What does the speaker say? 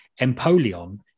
Empoleon